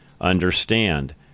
understand